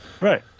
Right